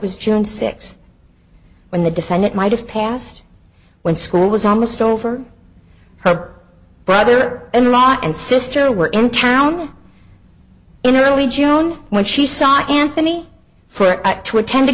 was june sixth when the defendant might have passed when school was almost over her brother in law and sister were in town in early june when she saw anthony for it to attend